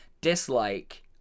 dislike